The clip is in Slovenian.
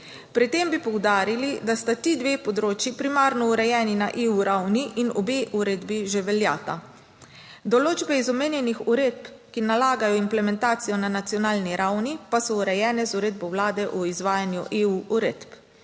Pri tem bi poudarili, da sta ti dve področji primarno urejeni na EU ravni in obe uredbi že veljata. Določbe iz omenjenih uredb, ki nalagajo implementacijo na nacionalni ravni, pa so urejene z uredbo Vlade o izvajanju EU uredb.